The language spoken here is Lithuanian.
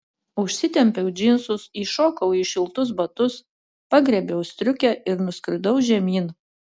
užsitempiau džinsus įšokau į šiltus batus pagriebiau striukę ir nuskridau žemyn